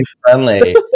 friendly